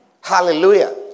Hallelujah